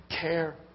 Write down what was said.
care